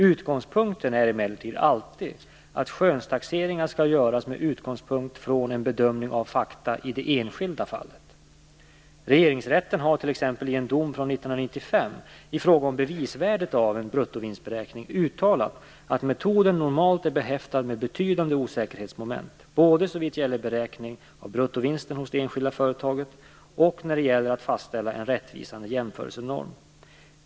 Utgångspunkten är emellertid alltid att skönstaxeringar skall göras med utgångspunkt från en bedömning av fakta i det enskilda fallet. Regeringsrätten har i t.ex. en dom från 1995 i fråga om bevisvärdet av en bruttovinstberäkning uttalat att metoden normalt är behäftad med betydande osäkerhetsmoment, både såvitt gäller beräkningen av bruttovinsten hos det enskilda företaget och när det gäller att fastställa en rättvisande jämförelsenorm .